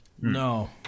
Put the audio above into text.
No